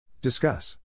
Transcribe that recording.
Discuss